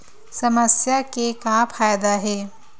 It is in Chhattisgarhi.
समस्या के का फ़ायदा हे?